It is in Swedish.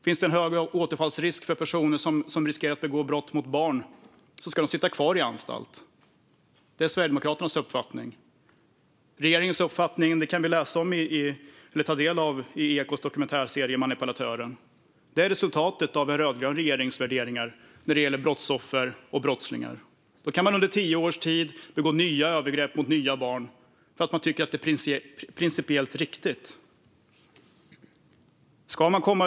Finns det en hög återfallsrisk för personer som riskerar att begå brott mot barn ska de sitta kvar på anstalt; det är Sverigedemokraternas uppfattning. Regeringens uppfattning kan vi ta del av i Ekots dokumentärserie Manipulatören . Där framgår resultatet av en rödgrön regerings värderingar när det gäller brottsoffer och brottslingar. Under tio års tid kan nya övergrepp begås mot nya barn för att man tycker att detta är en principiellt riktig uppfattning.